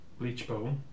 Bleachbone